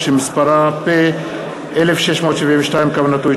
הצעת חוק שירות חברתי לגמלאים,